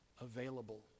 available